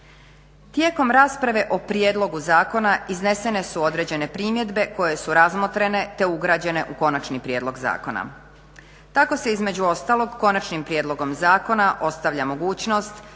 Tijekom rasprave o prijedlogu zakona iznesene su određene primjedbe koje su razmotrene te ugrađene u konačni prijedlog zakona. Tako se između ostalog konačnim prijedlogom zakona ostavlja mogućnost